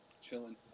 chilling